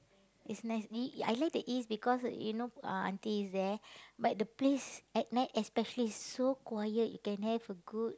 is nicely I like the east because you know uh aunty is there but the place at night especially is so quiet you can have a good